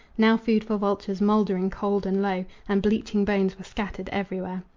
now food for vultures, moldering cold and low and bleaching bones were scattered everywhere.